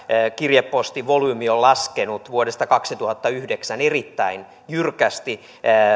kirjepostivolyymi on laskenut vuodesta kaksituhattayhdeksän erittäin jyrkästi viime vuosina